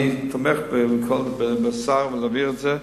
אני תומך בהצעה להעביר את זה.